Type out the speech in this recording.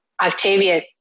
Octavia